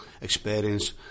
experience